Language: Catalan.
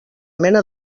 mena